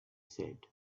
said